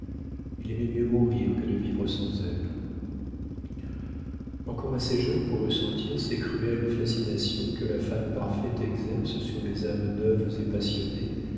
il aimait mieux mourir que de vivre sans elle encore assez jeune pour ressentir ces cruelles fascinations que la femme parfaite exerce sur les âmes neuves et passionnées